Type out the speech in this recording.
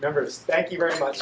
members thank you very much